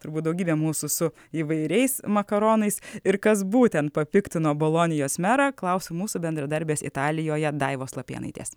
turbūt daugybė mūsų su įvairiais makaronais ir kas būtent papiktino bolonijos merą klaus mūsų bendradarbės italijoje daivos lapėnaitės